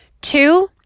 Two